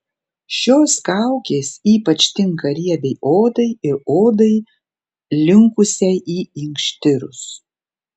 šios kaukės ypač tinka riebiai odai ir odai linkusiai į inkštirus